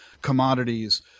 commodities